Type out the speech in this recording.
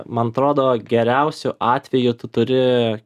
man atrodo geriausiu atveju tu turi